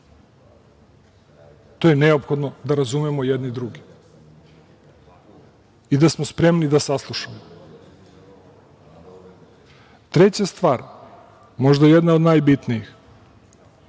Tu je neophodno da razumemo jedni druge i da smo spremni da saslušamo. Treća stvar, možda jedna od najbitnijih,